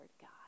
God